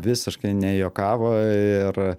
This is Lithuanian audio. visiškai nejuokavo ir